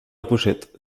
pochette